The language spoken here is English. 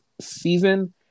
season